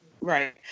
Right